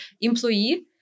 employee